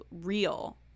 real